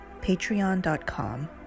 patreon.com